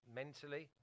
mentally